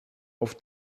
auf